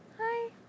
Hi